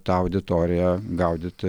tą auditoriją gaudyti